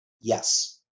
Yes